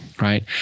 right